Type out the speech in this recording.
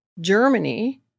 Germany